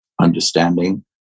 understanding